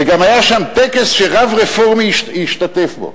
וגם היה שם טקס שרב רפורמי השתתף בו.